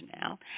now